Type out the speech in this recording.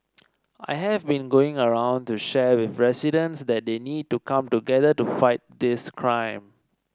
I have been going around to share with residents that they need to come together to fight this crime